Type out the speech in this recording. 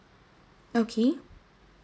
okay